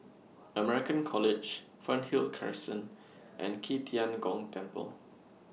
American College Fernhill Crescent and Qi Tian Gong Temple